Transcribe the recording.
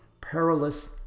perilous